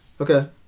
Okay